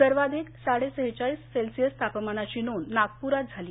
सर्वाधिक साडे सेहेचाळीस सेल्सीअस तापमानाची नोंद नागपुरात झाली